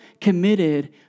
committed